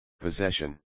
possession